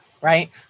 right